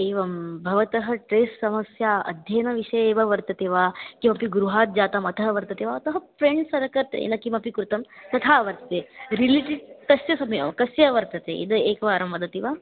एवं भवतः ट्रेस् समस्या अध्ययनविषये एव वर्तते वा किमपि गृहाज्जातम् अतः वर्तते वा अतः फ्रेण्ड् सर्क् तेन किमपि कृतं तथा वर्तते रिलिडिट् कस्य समयः कस्य वर्तते इद् एकवारं वदति वा